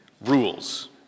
rules